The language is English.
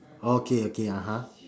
okay okay (uh huh)